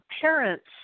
parents